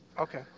Okay